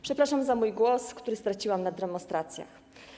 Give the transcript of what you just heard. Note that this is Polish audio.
Przepraszam za mój głos, który straciłam na demonstracjach.